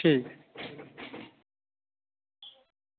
ठीक है